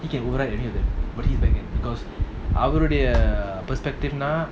he can override any of them but he's backman because அவருடைய:avarudaya perspective என்னனா:ennana